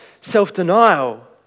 self-denial